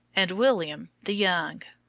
and william, the young,